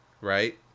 right